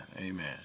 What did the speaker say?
Amen